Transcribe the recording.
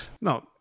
No